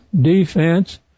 defense